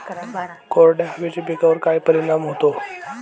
कोरड्या हवेचा पिकावर काय परिणाम होतो?